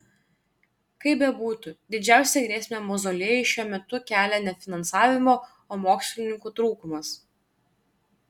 kaip bebūtų didžiausią grėsmę mauzoliejui šiuo metu kelia ne finansavimo o mokslininkų trūkumas